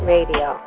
Radio